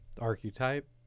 Archetype